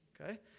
Okay